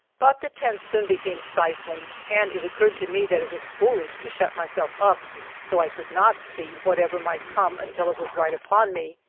but the tent soon became stifling, and it occurred to me that it was foolish to shut myself up so i could not see whatever might come until it was right upon me,